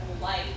life